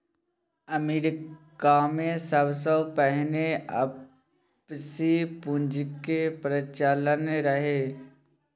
अमरीकामे सबसँ पहिने आपसी पुंजीक प्रचलन रहय